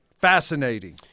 fascinating